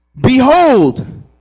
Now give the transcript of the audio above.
Behold